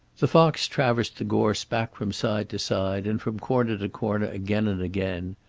the fox traversed the gorse back from side to side and from corner to corner again and again.